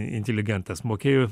inteligentas mokėjo